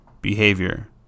behavior